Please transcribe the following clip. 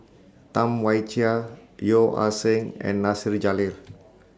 Tam Wai Jia Yeo Ah Seng and Nasir Jalil